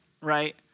right